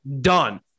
done